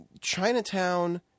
chinatown